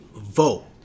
Vote